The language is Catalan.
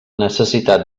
necessitat